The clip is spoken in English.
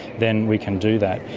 then we can do that.